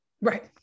Right